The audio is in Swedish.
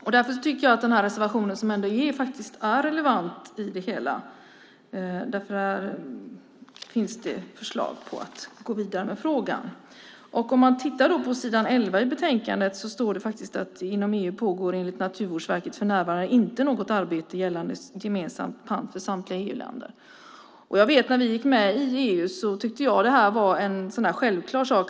Jag tycker att reservationen är relevant. Där finns förslag om att gå vidare med denna fråga. På s. 11 i betänkandet står faktiskt att det inom EU enligt Naturvårdsverket för närvarande inte pågår något arbete gällande gemensam pant för samtliga EU-länder. När vi gick med i EU tyckte jag att det här var en självklar sak.